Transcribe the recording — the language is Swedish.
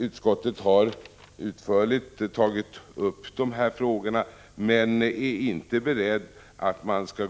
Utskottet har utförligt tagit upp dessa frågor men är inte berett att